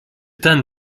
ten